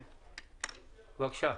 בבקשה.